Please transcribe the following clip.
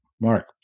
Mark